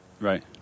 Right